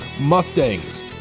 Mustangs